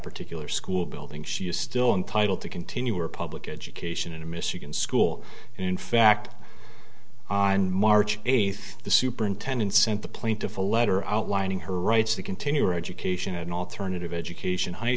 particular school building she is still entitle to continue our public education in a michigan school and in fact on march eighth the superintendent sent the plaintiff a letter outlining her rights the continuing education an alternative education high